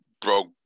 broke